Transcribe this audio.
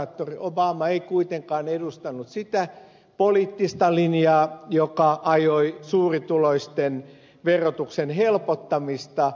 senaattori obama ei kuitenkaan edustanut sitä poliittista linjaa joka ajoi suurituloisten verotuksen helpottamista